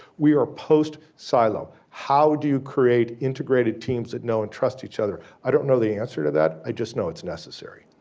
we are post silo. how do you create integrated teams that know and trust each other? i don't know the answer to that, i just know it's necessary.